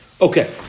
Okay